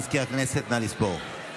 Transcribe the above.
מזכיר הכנסת, נא לספור.